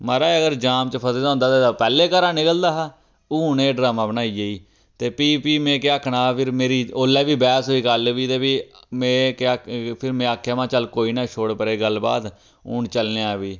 महाराज़ अगर जाम च फसे दा होंदा तां पैह्लें घरा निकलदा हा हून एह् ड्रामा बनाइयै ते फ्ही फ्ही में केह् आखना हा फिर मेरी ओल्लै बी बैह्स होई कल बी ते फ्ही में केह् आखेआ फिर में आखेआ चल कोई ना छोड़ परें गल्लबात हून चलने आं फ्ही